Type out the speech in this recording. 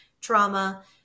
trauma